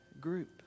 group